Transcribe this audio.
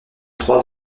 trois